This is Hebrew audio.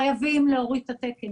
חייבים להוריד את התקן.